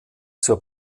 zur